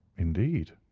indeed!